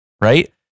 Right